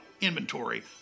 inventory